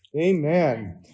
Amen